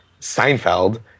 Seinfeld